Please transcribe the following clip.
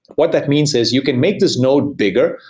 what that means is you can make this node bigger,